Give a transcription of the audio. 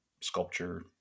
sculpture